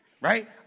right